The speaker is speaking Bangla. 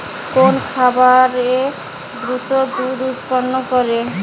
কোন খাকারে দ্রুত দুধ উৎপন্ন করে?